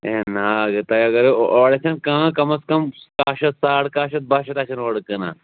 ہَے نہَ حظ تۄہہِ اگر اورٕ آسن کم کَم از کَم کاہ شَتھ ساڑ کاہ شتھ باہ شَتھ آسن اورٕ کٕنان